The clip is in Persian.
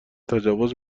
تجاوز